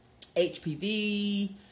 HPV